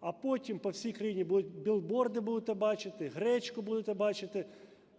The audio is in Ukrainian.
а потім по всій країні будуть білборди, будете бачити, гречку будете бачити